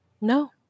No